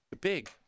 Big